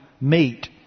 meet